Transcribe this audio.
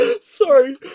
Sorry